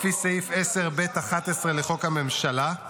לפי סעיף 10(ב)(11) לחוק הממשלה,